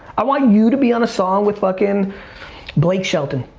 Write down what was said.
i want you to be on a song with fuckin' blake shelton.